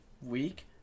week